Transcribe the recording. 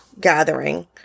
gathering